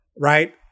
Right